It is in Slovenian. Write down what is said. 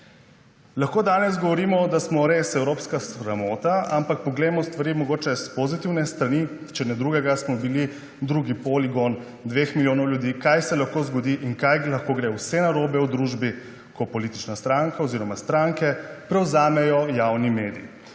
Lahko danes govorimo, da smo res evropska sramota, ampak poglejmo stvari mogoče s pozitivne strani. Če ne drugega, smo bili mi drugi poligon dveh milijonov ljudi, kaj se lahko zgodi in kaj lahko gre vse narobe v družbi, ko politična stranka oziroma stranke prevzamejo javni medij.